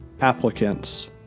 applicants